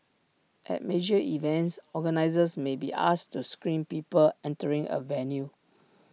at major events organisers may be asked to screen people entering A venue